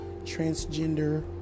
transgender